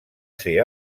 ser